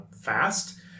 fast